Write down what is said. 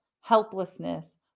helplessness